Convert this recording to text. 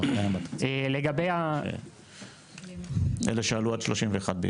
זה כבר קיים בתקציב, לאלה שעלו עד 31 ביולי.